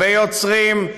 ביוצרים,